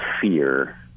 fear